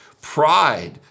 Pride